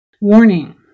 Warning